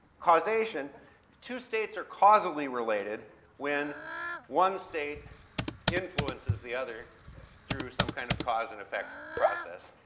causation two states are causally related when one state influences the other through some kind of cause-and-effect process.